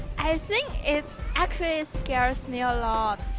i think it actually scares me a lot.